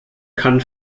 kann